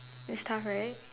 it's tough right